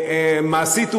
מעשית,